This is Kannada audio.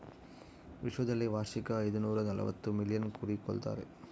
ವಿಶ್ವದಲ್ಲಿ ವಾರ್ಷಿಕ ಐದುನೂರನಲವತ್ತು ಮಿಲಿಯನ್ ಕುರಿ ಕೊಲ್ತಾರೆ